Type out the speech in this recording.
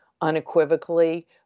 unequivocally